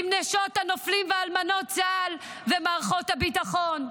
עם נשות הנופלים ואלמנות צה"ל ומערכות הביטחון,